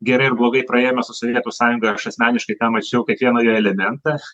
gerai ar blogai praėjome su sovietų sąjunga aš asmeniškai tą mačiau kiekvieną jo elementą